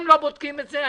הם לא בודקים את זה,